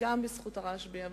בזכות הרשב"י.